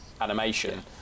animation